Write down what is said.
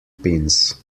pins